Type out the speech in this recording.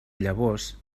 llavors